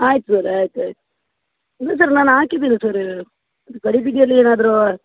ಆಯಿತು ಸರ್ ಆಯ್ತು ಆಯ್ತು ಇಲ್ಲ ಸರ್ ನಾನು ಹಾಕಿದೇನೆ ಸರ ಅದು ಗಡಿಬಿಡಿಯಲ್ಲಿ ಏನಾದರೂ